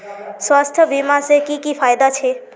स्वास्थ्य बीमा से की की फायदा छे?